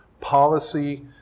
policy